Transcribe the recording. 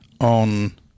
on